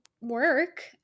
work